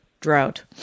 drought